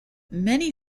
many